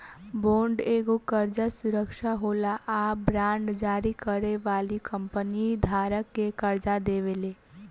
bond एगो कर्जा सुरक्षा होला आ बांड जारी करे वाली कंपनी धारक के कर्जा देवेले